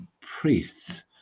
priests